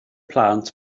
plant